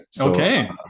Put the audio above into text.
Okay